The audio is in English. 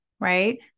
right